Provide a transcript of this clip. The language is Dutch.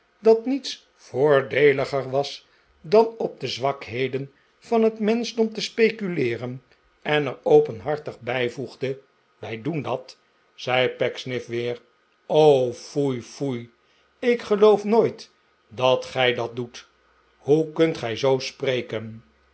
dat niets voordeeliger was dan op de zwakheden van het menschdom te speculeeren en er openhartig bijvoegde wij doen dat zei pecksniff weer foei foei ik geloof nooit dat gij dat doet hoe kunt gij zoo spreken